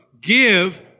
Give